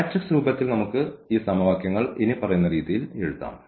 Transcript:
matrix രൂപത്തിൽ നമുക്ക് ഈ സമവാക്യങ്ങൾ ഇനിപ്പറയുന്ന രീതിയിൽ എഴുതാം